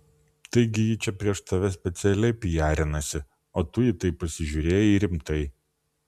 taigi ji čia prieš tave specialiai pijarinasi o tu į tai pasižiūrėjai rimtai